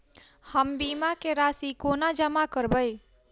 हम बीमा केँ राशि कोना जमा करबै?